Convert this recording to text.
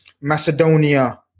Macedonia